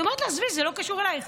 היא אומרת לה: עזבי, זה לא קשור אלייך.